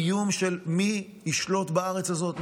האיום של מי ישלוט בארץ הזאת,